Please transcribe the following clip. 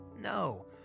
No